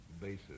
basis